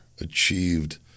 achieved